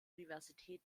universität